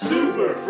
Super